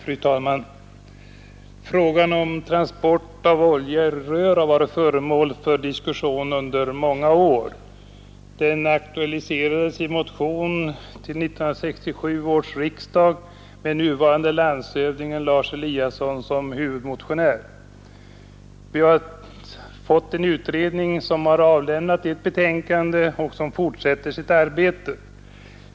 Fru talman! Frågan om transport av olja i rör har varit föremål för diskussion i många år. Den aktualiserades i en motion till 1967 års riksdag med nuvarande landshövdingen Lars Eliasson som huvudmotionär. Vi har fått en utredning som har avlämnat ett betänkande och som fortsätter sitt arbete.